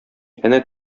әнә